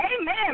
Amen